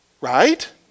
right